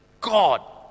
God